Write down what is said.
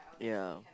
ya